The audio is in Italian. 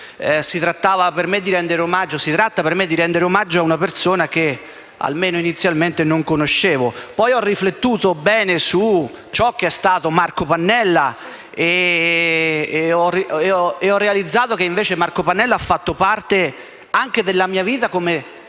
si trattava per me di rendere omaggio ad una persona che, almeno inizialmente, non conoscevo. Poi ho riflettuto bene su ciò che è stato Marco Pannella ed ho realizzato che invece egli ha fatto parte anche della mia vita, come della